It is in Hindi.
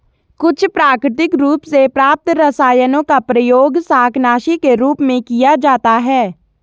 कुछ प्राकृतिक रूप से प्राप्त रसायनों का प्रयोग शाकनाशी के रूप में किया जाता है